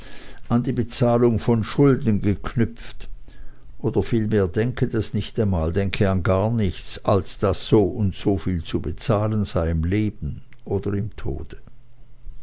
an die bezahlung von schulden geknüpft oder vielmehr denke das nicht einmal denke an gar nichts als daß soundso viel zu bezahlen sei im leben oder im tode